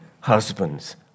husbands